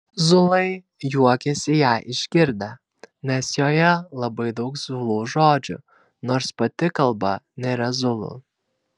zulai juokėsi ją išgirdę nes joje labai daug zulų žodžių nors pati kalba nėra zulų